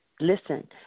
listen